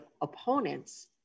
opponents